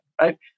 right